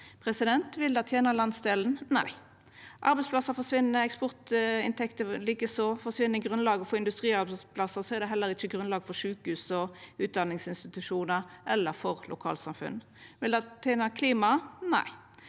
fabrikkar. Vil det tena landsdelen? Nei. Arbeidsplassar forsvinn, eksportinntekter likeså. Forsvinn grunnlaget for industriarbeidsplassar, er det heller ikkje grunnlag for sjukehus og utdanningsinstitusjonar – eller for lokalsamfunn. Vil det tena klimaet? Nei.